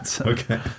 Okay